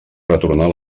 retornar